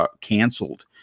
canceled